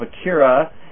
Akira